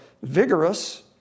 Vigorous